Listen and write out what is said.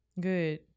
good